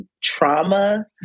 trauma